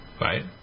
Right